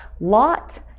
Lot